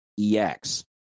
EX